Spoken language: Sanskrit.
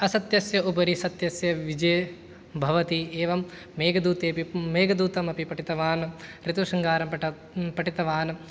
असत्यस्य उपरि सत्यस्य विजयः भवति एवं मेघदूतेऽपि मेघदूतमपि पठितवान् ऋतुसंहारं पठ पठितवान्